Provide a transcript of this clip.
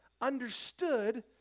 understood